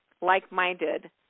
like-minded